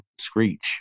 screech